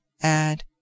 Add